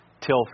till